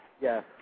Yes